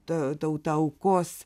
ta tauta aukos